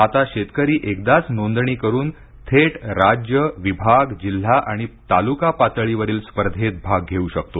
आता शेतकरी एकदाच नोंदणी करून थेट राज्य विभाग जिल्हा आणि तालुका पातळीवरील स्पर्धेत भाग घेऊ शकतो